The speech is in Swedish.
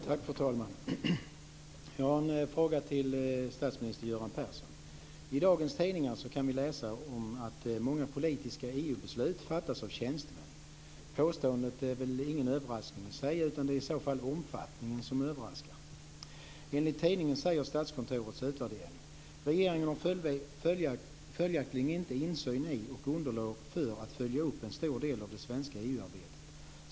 Fru talman! Jag har en fråga till statsminister Göran Persson. I en tidning i dag kan vi läsa om att många politiska EU-beslut fattas av tjänstemän. Påståendet i sig är väl ingen överraskning, utan det är i så fall omfattningen som överraskar. Enligt tidningen säger Statskontorets utvärdering: Regeringen har följaktligen inte insyn i och underlag för att följa upp en stor del av det svenska EU-arbetet.